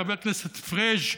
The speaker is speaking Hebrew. חבר כנסת פריג',